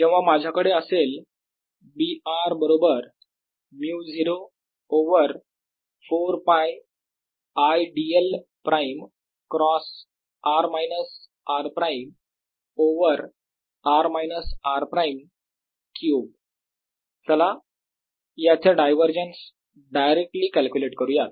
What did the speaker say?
जेव्हा माझ्याकडे असेल B r बरोबर 𝜇0 over 4 π I dl prime cross r minus r prime over r minus r prime cube चला याचे डायवरजन्स डायरेक्टली कॅल्क्युलेट करूयात